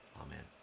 Amen